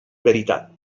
veritat